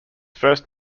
first